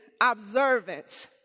observance